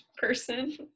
person